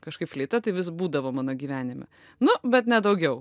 kažkaip fleita tai vis būdavo mano gyvenime nu bet ne daugiau